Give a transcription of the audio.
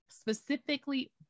specifically